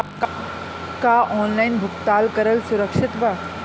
का ऑनलाइन भुगतान करल सुरक्षित बा?